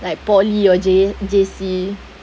like poly or J~ J_C